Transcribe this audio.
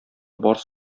барс